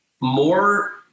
more